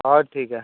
ᱦᱳᱭ ᱴᱷᱤᱠᱟ